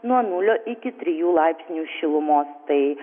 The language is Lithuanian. nuo nulio iki trijų laipsnių šilumos tai